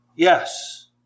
Yes